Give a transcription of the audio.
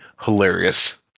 hilarious